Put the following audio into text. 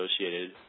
associated